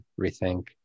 rethink